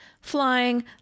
flying